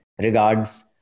Regards